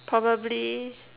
probably